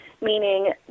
meaning